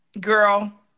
Girl